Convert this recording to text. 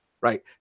Right